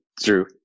true